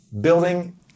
building